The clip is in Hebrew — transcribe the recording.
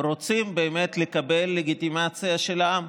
רוצים באמת לקבל לגיטימציה של העם,